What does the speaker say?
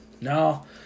No